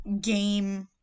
game